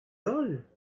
holl